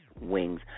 Wings